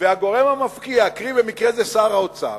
והגורם המפקיע, קרי, במקרה זה שר האוצר,